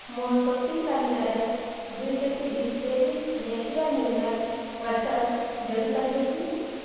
ମୋ ସପିଂ ତାଲିକାରେ ପେଟି ବିସ୍ଲେରୀ ନ୍ୟାଚୁରାଲ୍ ମିନେରାଲ୍ ୱାଟର୍ ଯୋଡ଼ି ପାରିବେ କି